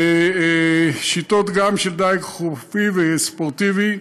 בשיטות גם של דיג חופי וספורטיבי,